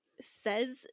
says